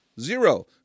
Zero